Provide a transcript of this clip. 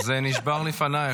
זה נשבר לפנייך.